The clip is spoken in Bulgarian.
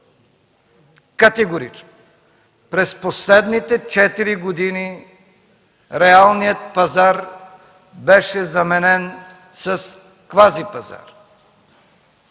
Категорично! През последните четири години реалният пазар беше заменен с квази- пазар.